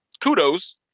kudos